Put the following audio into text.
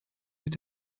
mit